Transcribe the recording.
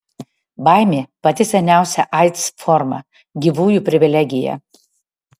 baimė pati seniausia aids forma gyvųjų privilegija